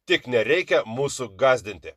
tik nereikia mūsų gąsdinti